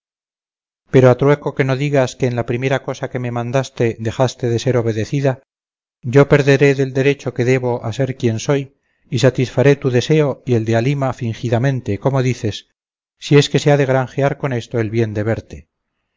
a trueco que no digas que en la primera cosa que me mandaste dejaste de ser obedecida yo perderé del derecho que debo a ser quien soy y satisfaré tu deseo y el de halima fingidamente como dices si es que se ha de granjear con esto el bien de verte